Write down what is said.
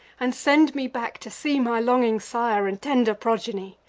and send me back to see my longing sire, and tender progeny!